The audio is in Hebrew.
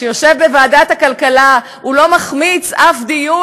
שיושב בוועדת הכלכלה ולא מחמיץ אף דיון